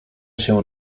się